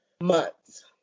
months